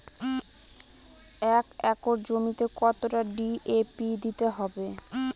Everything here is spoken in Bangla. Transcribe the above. এক একর জমিতে কতটা ডি.এ.পি দিতে হবে?